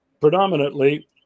predominantly